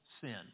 sin